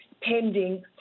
pending